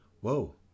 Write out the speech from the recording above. Whoa